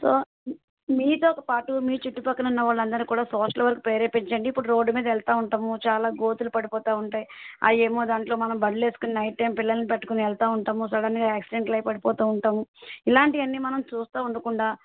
so మీతో ఒక పాటు మీ చుట్టుపక్కల ఉన్న వాళ్ళ అందరని కూడా సోషల్ వర్క్ ప్రేరేపించండి ఇప్పుడు రోడ్ మీద వెళుతు ఉంటాము చాలా గోతులు పడిపోతు ఉంటాయి అవి ఏమో మనం బండ్లు వేసుకుని నైట్ టైమ్ పిల్లలని పట్టికుని వెళుతు ఉంటాము సడన్గా యాక్సిడెంట్లు అయ్యి పడిపోతు ఉంటాము ఇలాంటివి అన్నీ మనం చూస్తు ఉండకుండా